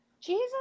Jesus